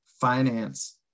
finance